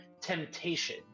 temptation